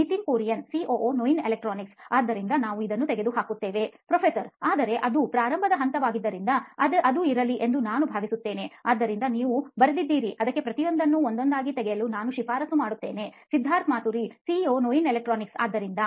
Nitin Kurian COO ನೋಯಿನ್ electronics ಆದ್ದರಿಂದ ನಾವು ಇದನ್ನು ತೆಗೆದುಹಾಕುತ್ತೇವೆ ಪ್ರೊಫೆಸರ್ ಆದರೆ ಅದು ಪ್ರಾರಂಭದ ಹಂತವಾಗಿದ್ದರಿಂದ ಅದು ಇರಲಿ ಎಂದು ನಾನು ಭಾವಿಸುತ್ತೇನೆ ಆದ್ದರಿಂದ ನೀವು ಬರೆದಿದ್ದೀರಿ ಅದಕ್ಕೆ ಪ್ರತಿಯೊಂದನ್ನು ಒಂದೊಂದಾಗಿ ತೆಗೆಯಲು ನಾನು ಶಿಫಾರಸು ಮಾಡುತ್ತೇನೆ ಸಿದ್ಧಾರ್ಥ್ ಮಾತುರಿ ಸಿಇಒ ನೋಯಿನ್ ಎಲೆಕ್ಟ್ರಾನಿಕ್ಸ್ ಆದ್ದರಿಂದ